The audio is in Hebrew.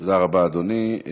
תודה רבה, אדוני.